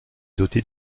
dotée